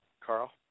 Carl